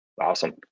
awesome